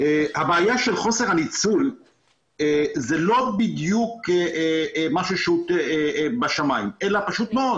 הבעיה של חוסר הניצול זה לא בדיוק משהו בשמים אלא פשוט מאוד: